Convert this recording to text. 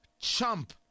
chump